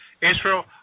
Israel